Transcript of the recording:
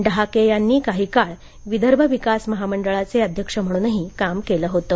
डहाके यांनी काही काळ विदर्भ विकास महामंडळाचे अध्यक्ष म्हणूनही काम केलं होतं